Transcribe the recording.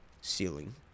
ceiling